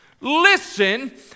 Listen